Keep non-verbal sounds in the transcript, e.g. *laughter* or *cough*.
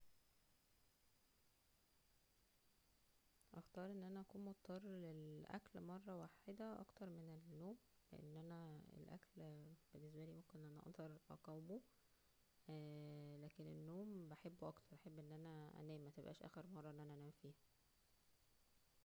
هختار ان انا اكون مضطر لل- اكل مرة واحدة اكتر من النومو لكن الاكل بالنسبالى ان انا اقدر *laughs* اقاومه اه *hesitation* لكن النوم بحبه اكترو بحب ان انا انمم متبقاش اخر مرة ان انا انام فيها